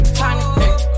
tiny